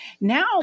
Now